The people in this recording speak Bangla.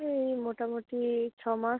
এই মোটামুটি ছ মাস